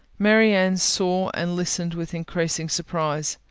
marianne saw and listened with increasing surprise.